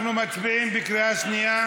אנחנו מצביעים בקריאה שנייה.